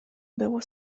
było